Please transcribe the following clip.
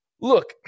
look